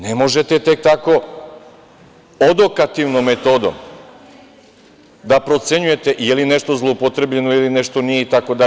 Ne možete tek tako, odokativnom metodom, da procenjujete da li je nešto zloupotrebljeno ili nešto nije itd.